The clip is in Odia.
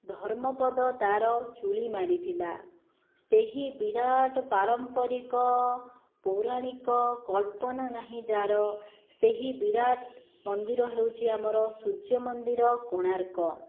ଧର୍ମପଦ ତାର ଚୂଳି ମାରିଥିଲା ସେହି ବିରାଟ ପାରମ୍ପରିକ ପୌରାଣିକ କଳ୍ପନା ନାହିଁ ଯାର ସେହି ବିରାଟ ମନ୍ଦିର ହେଉଛି ଆମର ସୂର୍ଯ୍ୟ ମନ୍ଦିର କୋଣାର୍କ